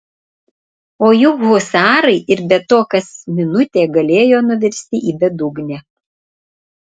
o juk husarai ir be to kas minutė galėjo nuvirsti į bedugnę